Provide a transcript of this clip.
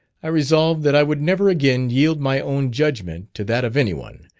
i resolved that i would never again yield my own judgment to that of any one,